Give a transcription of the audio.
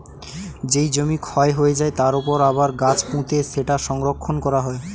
যেই জমি ক্ষয় হয়ে যায়, তার উপর আবার গাছ পুঁতে সেটা সংরক্ষণ করা হয়